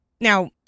Now